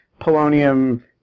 polonium